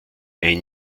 ein